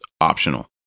optional